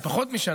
התשפ"ד 2024,